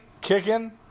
kicking